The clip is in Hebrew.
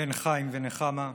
בן חיים ונחמה,